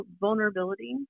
vulnerability